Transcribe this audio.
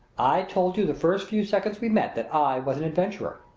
i told you the first few seconds we met that i was an adventurer.